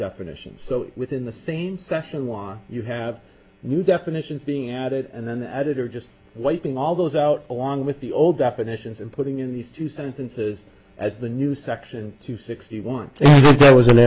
definitions so within the same session one you have new definitions being added and then the editor just wiping all those out along with the old definitions and putting in these two sentences as the new section two sixty one it was an